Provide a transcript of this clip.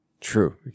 True